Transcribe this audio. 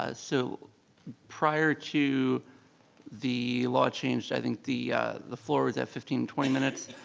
ah so prior to the law change, i think the the floor was at fifteen, twenty minutes.